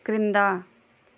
క్రింద